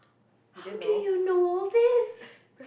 how do you know all these